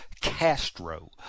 Castro